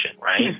right